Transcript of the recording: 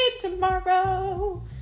tomorrow